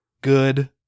good